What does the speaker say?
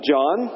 John